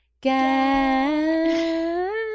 again